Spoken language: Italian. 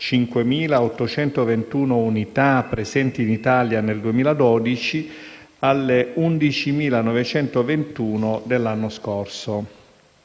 5.821 unità presenti in Italia nel 2012 alle 11.921 dell'anno scorso.